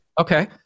Okay